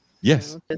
Yes